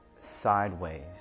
sideways